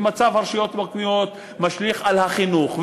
ומצב הרשויות המקומיות משליך על החינוך.